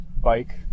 bike